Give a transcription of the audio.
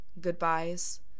goodbyes